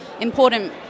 important